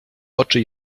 oczy